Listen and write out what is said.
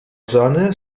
zona